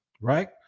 right